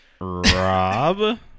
Rob